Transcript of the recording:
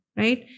right